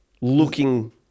looking